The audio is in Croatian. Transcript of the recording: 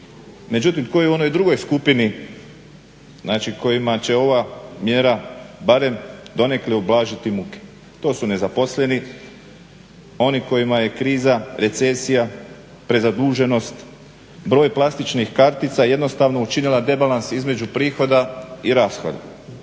Međutim, tko je u onoj drugoj skupini znači kojima će ova mjera barem donekle ublažiti muke, to su nezaposleni, onima kojima je kriza, recesija, prezaduženost, broj plastičnih kartica jednostavno učinila debalans između prihoda i rashoda.